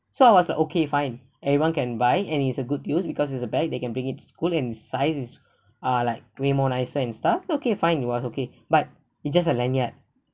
so I was like okay fine everyone can buy and it's a good news because it's a bag they can bring it to school and sizes is uh like way more nicer and stuff okay fine it was okay but it just a lanyard